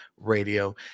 Radio